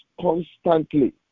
constantly